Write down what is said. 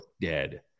dead